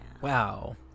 wow